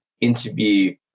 interview